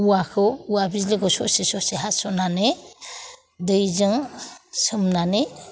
औवाखौ औवा बिजौखौ ससे ससे हास'नानै दैजों सोमनानै